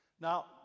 Now